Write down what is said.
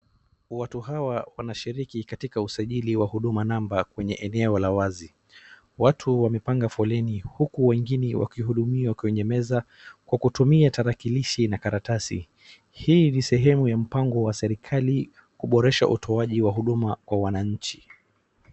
Watu hawa wanashiki katika usajili wa huduma number kwenye eneo la wazi. Watu wamepanga foleni huku wengine wakihudumiwa kwenye meza kwa kutumia tarakilishi na karatasi. Hii ni sehemu ya mpango wa serikali kuboresha utoaji wa huduma kwa wananchi.